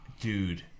Dude